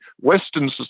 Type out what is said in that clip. Western